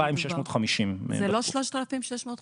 2,650. זה לא 3,650?